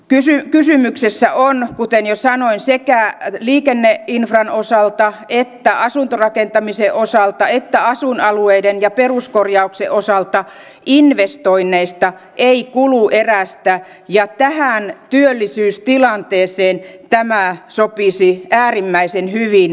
eli kysymys on kuten jo sanoin liikenneinfran osalta asuntorakentamisen osalta ja asuinalueiden ja peruskorjauksen osalta investoinneista ei kuluerästä ja tähän työllisyystilanteeseen tämä sopisi äärimmäisen hyvin